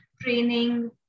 training